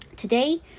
Today